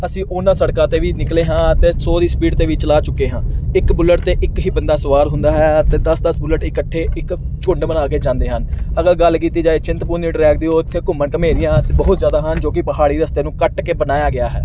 ਅਸੀਂ ਉਹਨਾਂ ਸੜਕਾਂ 'ਤੇ ਵੀ ਨਿਕਲੇ ਹਾਂ ਅਤੇ ਸੌ ਦੀ ਸਪੀਡ 'ਤੇ ਵੀ ਚਲਾ ਚੁੱਕੇ ਹਾਂ ਇੱਕ ਬੁਲਟ 'ਤੇ ਇੱਕ ਹੀ ਬੰਦਾ ਸਵਾਰ ਹੁੰਦਾ ਹੈ ਅਤੇ ਦਸ ਦਸ ਬੁੱਲਟ ਇਕੱਠੇ ਇੱਕ ਝੁੰਡ ਬਣਾ ਕੇ ਜਾਂਦੇ ਹਨ ਅਗਰ ਗੱਲ ਕੀਤੀ ਜਾਏ ਚਿੰਤਪੂਰਨੀ ਟਰੈਕ ਦੀ ਉੱਥੇ ਘੁੰਮਣ ਘਮੇਰੀਆਂ ਬਹੁਤ ਜ਼ਿਆਦਾ ਹਨ ਜੋ ਕਿ ਪਹਾੜੀ ਰਸਤੇ ਨੂੰ ਕੱਟ ਕੇ ਬਣਾਇਆ ਗਿਆ ਹੈ